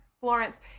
florence